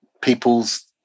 people's